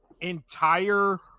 entire